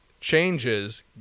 changes